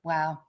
Wow